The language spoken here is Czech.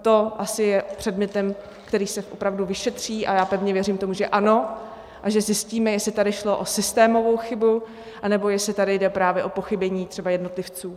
To asi je předmětem, který se opravdu vyšetří, a já pevně věřím, že ano a že zjistíme, jestli tady šlo o systémovou chybu, nebo jestli tady jde právě o pochybení třeba jednotlivců.